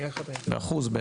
25%,